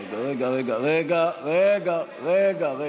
רגע, רגע, רגע.